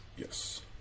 yes